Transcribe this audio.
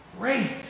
great